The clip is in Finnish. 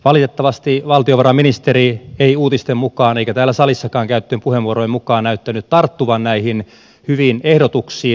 valitettavasti valtiovarainministeri ei uutisten mukaan eikä täällä salissakaan käytettyjen puheenvuorojen mukaan näyttänyt tarttuvan näihin hyviin ehdotuksiin